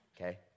Okay